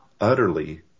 utterly